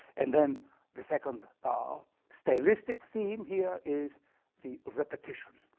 and then the second ah stylistic theme here is the repetition,